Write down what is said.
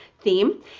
theme